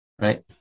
right